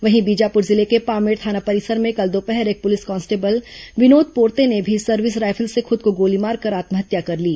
वहीं बीजापुर जिले के पामेड़ थाना परिसर में कल दोपहर एक पुलिस कांस्टेबल विनोद पोर्ते ने भी सर्विस रायफल से खुद को गोली मारकर आत्महत्या कर ली